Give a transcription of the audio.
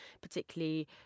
particularly